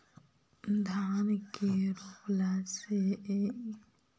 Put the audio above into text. धान के रोपला के केतना दिन के बाद खाद देबै?